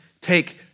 take